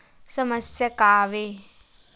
समस्या का आवे?